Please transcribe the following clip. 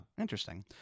interesting